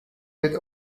with